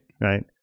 right